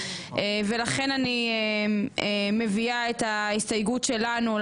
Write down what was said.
לכן אני מביאה את ההסתייגות שלנו.